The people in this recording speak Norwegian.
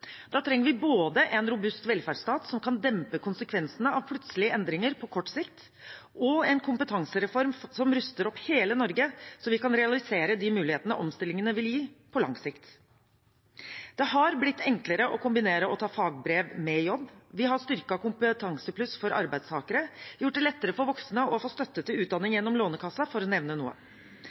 Da trenger vi både en robust velferdsstat som kan dempe konsekvensene av plutselige endringer på kort sikt, og en kompetansereform som ruster opp hele Norge, så vi kan realisere de mulighetene omstillingene vil gi, på lang sikt. Det har blitt enklere å kombinere å ta fagbrev med jobb. Vi har styrket Kompetansepluss for arbeidstakere, gjort det lettere for voksne å få støtte til utdanning gjennom Lånekassen, for å nevne noe.